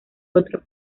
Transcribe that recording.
otro